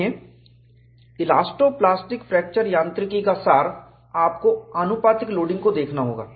देखें elasto plastic fracture यांत्रिकी का सार आपको आनुपातिक लोडिंग को देखना होगा